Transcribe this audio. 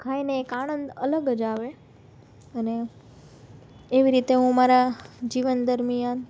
ખાઈને એક આનંદ અલગ જ આવે અને એવી રીતે હું મારા જીવન દરમિયાન